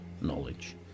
knowledge